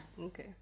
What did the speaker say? Okay